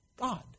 God